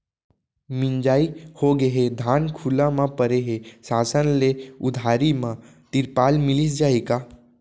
मिंजाई होगे हे, धान खुला म परे हे, शासन ले उधारी म तिरपाल मिलिस जाही का?